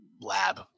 lab